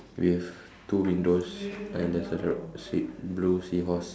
with two windows and there's a d~ sea blue seahorse